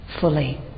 fully